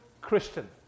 Christian